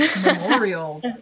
memorial